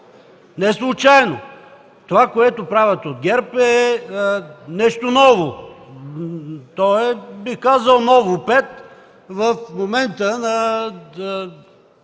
неслучайно. Това, което правят от ГЕРБ, е нещо ново. То е бих казал „ново пет” в момента на